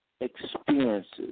experiences